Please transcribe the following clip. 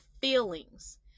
feelings